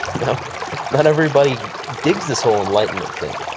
you know not everybody digs this whole enlightenment thing,